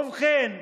ובכן,